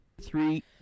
three